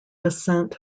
descent